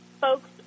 folks